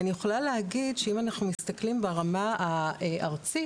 אני יכולה להגיד, שאם אנחנו מסתכלים ברמה הארצית,